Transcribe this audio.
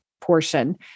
portion